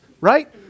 right